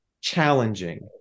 challenging